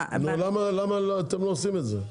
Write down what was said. למה אתם לא עושים את זה?